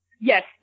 Yes